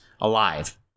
alive